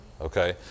okay